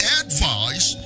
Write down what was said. advice